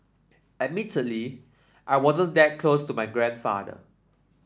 admittedly I wasn't that close to my grandfather